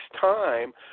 time